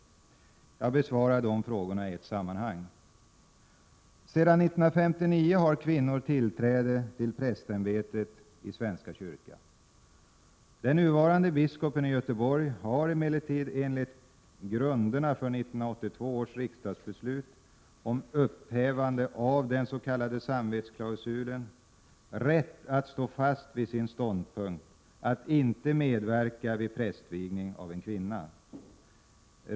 Jag besvarar frågorna i ett sammanhang. Sedan 1959 har kvinnor tillträde till prästämbetet i svenska kyrkan. Den nuvarande biskopen i Göteborg har emellertid, enligt grunderna för 1982 års riksdagsbeslut om upphävande av den s.k. samvetsklausulen, rätt att stå fast vid sin ståndpunkt att inte medverka vid prästvigning av en kvinna.